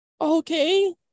Okay